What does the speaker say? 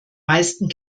meisten